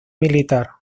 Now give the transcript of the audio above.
militar